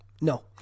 No